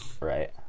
Right